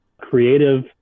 creative